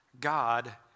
God